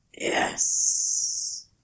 Yes